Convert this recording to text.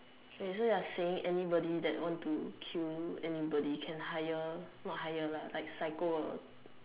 wait so you are saying anybody that want to kill nybody can hire not hire lah like psycho a